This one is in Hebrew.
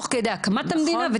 תוך כדי הקמת המדינה,